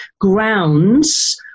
grounds